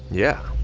yeah!